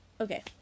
okay